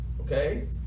Okay